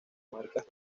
marcas